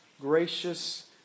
gracious